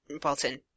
Bolton